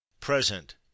Present